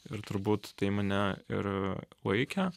ir turbūt tai mane ir laikė